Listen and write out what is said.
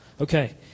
Okay